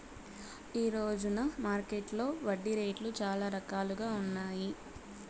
ఈ రోజున మార్కెట్టులో వడ్డీ రేట్లు చాలా రకాలుగా ఉన్నాయి